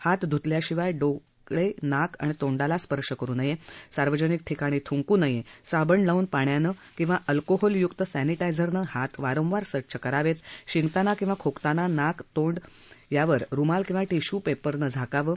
हात धुतल्याशिवाय डोळ आक आणि तोंडाला स्पर्श करु नया झार्वजनिक ठिकाणी थुंकू नया झाबण लावून पाण्यानं किंवा अल्कोहोलयुक्त सेनिटा झिरनं हात वारंवार स्वच्छ करावत शिंकताना किंवा खोकताना नाक आणि तोंड यावर रुमाल किंवा टिश्यू पसिनं झाकावं